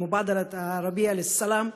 אל-מובאדרה אל-ערבייה ל-סלאם.